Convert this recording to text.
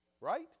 right